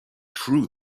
true